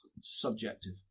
Subjective